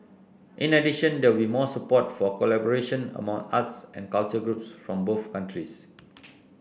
in addition there will be more support for collaboration among arts and culture groups from both countries